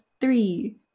three